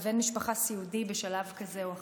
בבן משפחה סיעודי בשלב כזה או אחר.